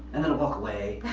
walk away,